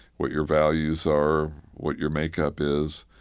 what your values are, what your makeup is.